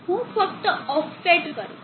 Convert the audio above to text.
હું ફક્ત ઓફસેટ કરીશ